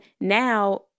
now